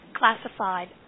classified